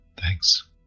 Thanks